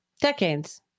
Decades